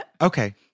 Okay